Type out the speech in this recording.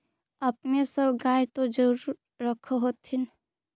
अपने सब गाय तो जरुरे रख होत्थिन?